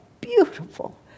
beautiful